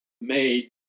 made